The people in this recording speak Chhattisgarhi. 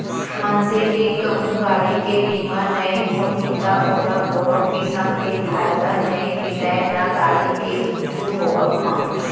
मनसे के कहूँ गाड़ी के बीमा नइ होही त ओला कोनो किसम के फायदा नइ मिलय ना गाड़ी के कुछु होवब म